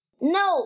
No